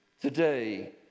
Today